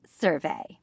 survey